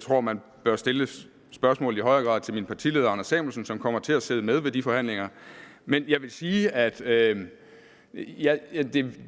grad bør stille spørgsmålet til min partileder, hr. Anders Samuelsen, som kommer til at sidde med ved de forhandlinger. Men jeg vil sige, at